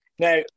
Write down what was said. Now